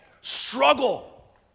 struggle